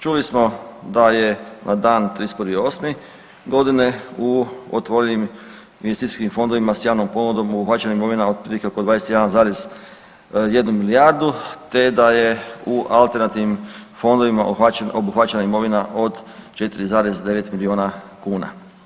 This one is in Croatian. Čuli smo da je na dan 31.8. godine u otvorenim investicijskim fondovima s javnom ponudom obuhvaćena imovina otprilike oko 21,1 milijardu te da je u alternativnim fondovima obuhvaćena imovina od 4,9 milijuna kuna.